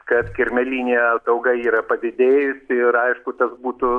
kad kirmėlinė atauga yra padidėjusi ir aišku tas būtų